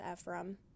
Ephraim